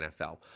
NFL